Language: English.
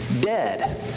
dead